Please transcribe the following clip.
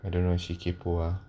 I don't know she kaypoh ah